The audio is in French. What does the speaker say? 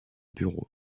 bureaux